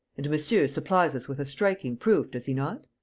and monsieur supplies us with a striking proof, does he not?